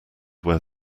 where